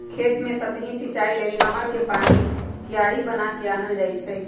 खेत कें सतहि सिचाइ लेल नहर कें पानी क्यारि बना क आनल जाइ छइ